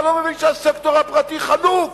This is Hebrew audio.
אתה לא מבין שהסקטור הפרטי חנוק?